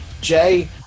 Jay